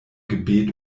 gebet